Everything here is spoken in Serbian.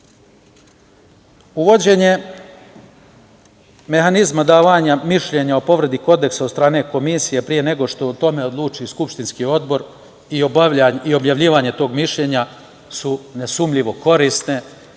nemoguć. Uvođenje mehanizma davanja mišljenja o povredi Kodeksa od strane komisije pre nego o tome odluči skupštinski odbor i objavljivanje tog mišljenja su nesumnjivo korisne